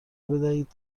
بدهید